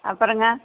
அப்புறங்க